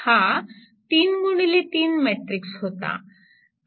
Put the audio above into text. हा 3 गुणिले 3 मॅट्रिक्स होता